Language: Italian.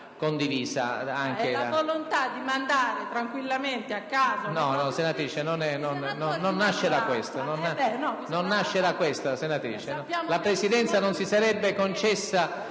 La Presidenza non si sarebbe concessa